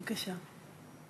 בבקשה.